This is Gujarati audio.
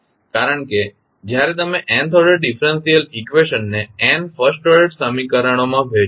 કારણ કે જ્યારે તમે nth ઓર્ડર ડીફરન્સીયલ ઇક્વેશન ને n ફર્સ્ટ ઓર્ડર સમીકરણો માં વહેંચો છો